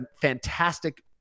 fantastic